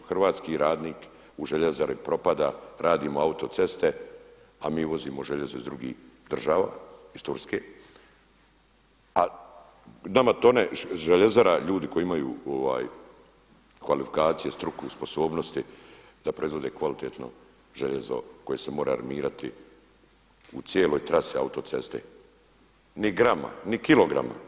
Hrvatski radnik u željezari propada, radimo autoceste a mi uvozimo željezno iz drugih država iz Turske, a nama tone željezara ljudi koji imaju kvalifikacije, struku, sposobnosti da proizvode kvalitetno željezo koje se mora armirati u cijeloj trasi autoceste, ni grama, ni kilograma.